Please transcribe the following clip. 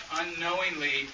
unknowingly